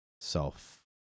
self